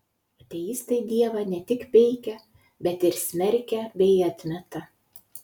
ateistai dievą ne tik peikia bet ir smerkia bei atmeta